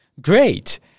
Great